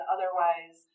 Otherwise